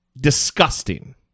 Disgusting